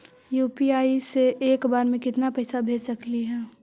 UPI से एक बार मे केतना पैसा भेज सकली हे?